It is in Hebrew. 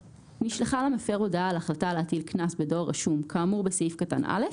נשלחה למפר הודעה על החלטה להטיל קנס בדואר רשום כאמור סעיף קטן (א),